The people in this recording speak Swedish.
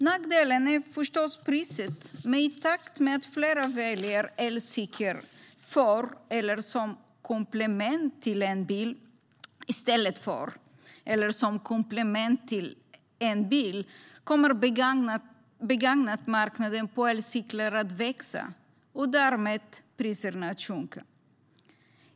Nackdelen är förstås priset, men i takt med att fler väljer elcykel i stället för, eller som komplement till, en bil kommer begagnatmarknaden på elcyklar att växa och priserna därmed att sjunka.